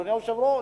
אדוני היושב-ראש,